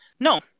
No